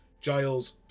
Giles